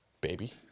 baby